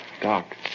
Doc